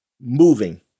moving